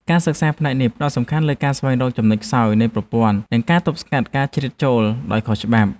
ការសិក្សាផ្នែកនេះផ្តោតសំខាន់លើការស្វែងរកចំណុចខ្សោយនៃប្រព័ន្ធ និងការទប់ស្កាត់ការជ្រៀតចូលដោយខុសច្បាប់។